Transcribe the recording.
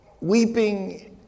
weeping